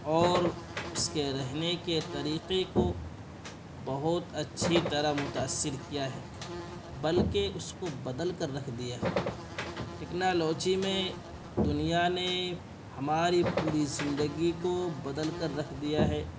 اور اس کے رہنے کے طریقے کو بہت اچھی طرح متاثر کیا ہے بلکہ اس کو بدل کر رکھ دیا ہے ٹیکنالوجی میں دنیا نے ہماری پوری زندگی کو بدل کر رکھ دیا ہے